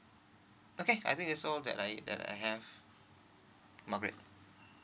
okay I think that's all that I that I have margaret